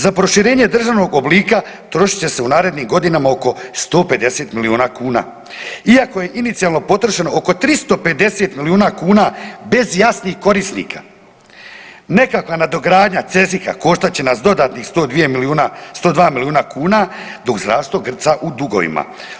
Za proširenje državnog oblika trošit će se u narednim godinama oko 150 milijuna kuna, iako je inicijalno potrošeno oko 350 milijuna kuna bez jasnih korisnika, nekakva nadogradnja … koštat će nas dodatnih 102 milijuna kuna dok zdravstvo grca u dugovima.